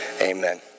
Amen